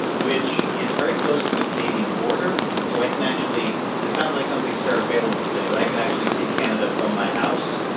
which is very close to the canadian border. so i can actually this sounds like something sarah palin would say, but i can actually see canada from my house,